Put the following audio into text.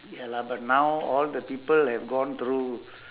ya lah but now all the people have gone through